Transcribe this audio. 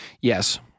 Yes